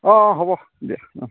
অঁ অঁ হ'ব দিয়া অঁ